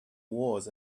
wars